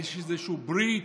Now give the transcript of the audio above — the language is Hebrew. מה, יש איזושהי ברית?